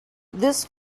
this